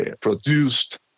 produced